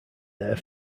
there